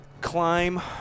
climb